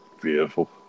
Beautiful